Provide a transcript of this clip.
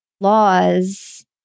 laws